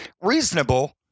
Reasonable